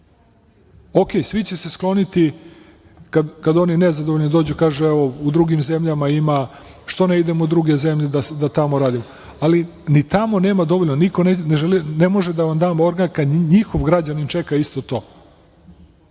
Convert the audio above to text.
redu, svi će se skloniti kada oni nezadovoljni dođu, kažu u drugim zemljama, što ne idemo u druge zemlje da tamo radimo, ali ni tamo nema dovoljno, niko ne može da vam da organ kad njihov građanin čeka isto